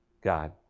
God